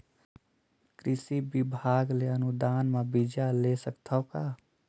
कृषि विभाग ले अनुदान म बीजा ले सकथव का?